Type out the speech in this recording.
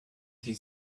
they